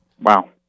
Wow